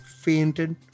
fainted